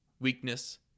weakness